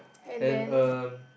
and uh